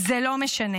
זה לא משנה.